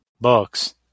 books